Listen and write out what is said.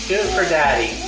for daddy